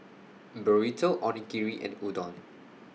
Burrito Onigiri and Udon